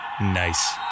Nice